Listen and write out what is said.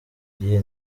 gihe